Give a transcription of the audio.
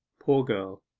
poor girl!